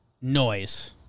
noise